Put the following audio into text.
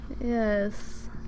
Yes